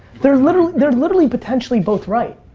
they're literally they're literally potentially both right.